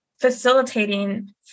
facilitating